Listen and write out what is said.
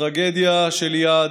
הטרגדיה של איאד,